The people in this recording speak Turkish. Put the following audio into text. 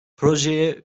projeye